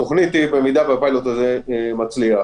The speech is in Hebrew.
במידה והפיילוט הזה מצליח,